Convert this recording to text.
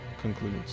concludes